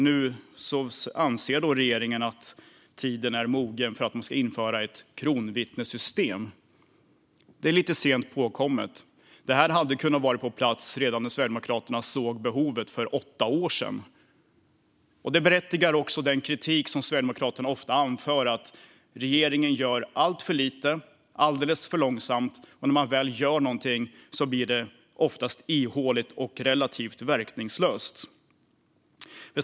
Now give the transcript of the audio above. Nu anser regeringen att tiden är mogen att införa ett kronvittnessystem. Det är lite sent påkommet. Detta hade kunnat vara på plats redan när Sverigedemokraterna såg behovet för åtta år sedan. Det berättigar också den kritik som Sverigedemokraterna ofta anför om att regeringen gör alltför lite och alldeles för långsamt. Och när man väl gör någonting blir det oftast ihåligt och relativt verkningslöst.